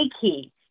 key